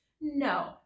no